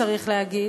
צריך להגיד: